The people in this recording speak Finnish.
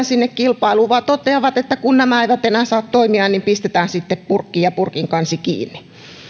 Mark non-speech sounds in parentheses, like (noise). (unintelligible) sinne kilpailuun vaan toteavat että kun nämä eivät enää saa toimia niin pistetään sitten purkkiin ja purkin kansi kiinni